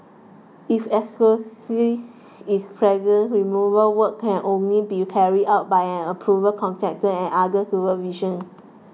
if is present removal work can only be carried out by an approved contractor and under supervision